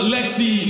Lexi